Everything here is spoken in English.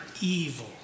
evil